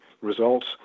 results